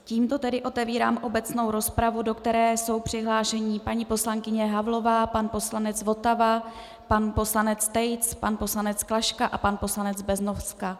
Tímto tedy otevírám obecnou rozpravu, do které jsou přihlášení paní poslankyně Havlová, pan poslanec Votava, pan poslanec Tejc, pan poslanec Klaška a pan poslanec Beznoska.